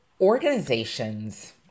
Organizations